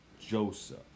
Joseph